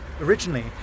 Originally